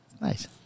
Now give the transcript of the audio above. Nice